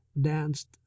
danced